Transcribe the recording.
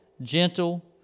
gentle